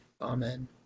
Amen